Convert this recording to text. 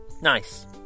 nice